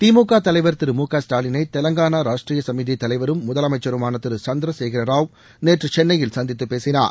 திமுக தலைவர் திரு மு க ஸ்டாலினன தெலங்கானா ராஷ்ட்ர சமீதி தலைவரும் முதலமைச்சருமான திரு சந்திரசேகரராவ் நேற்று சென்னையில் சந்தித்து பேசினார்